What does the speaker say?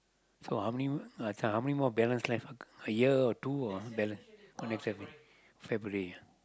so how many this one how many more balanced life a a year or two or balanced oh next February February